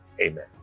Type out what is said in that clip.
Amen